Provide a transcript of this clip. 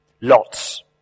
Lots